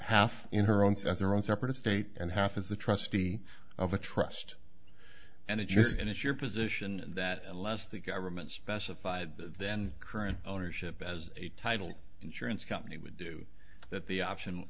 half in her own sense their own separate estate and half as the trustee of the trust and it just and it's your position that unless the government specified then current ownership as a title insurance company would do that the option